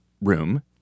room